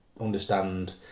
understand